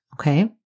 Okay